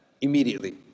immediately